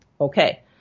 Okay